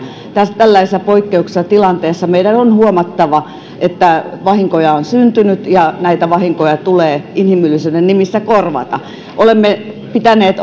tällaisessa poikkeuksellisessa tilanteessa meidän on huomattava että vahinkoja on syntynyt ja näitä vahinkoja tulee inhimillisyyden nimissä korvata olemme pitäneet